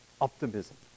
optimism